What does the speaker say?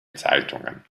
zeitungen